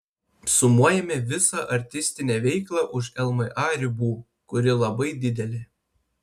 sumuojame visą artistinę veiklą už lma ribų kuri labai didelė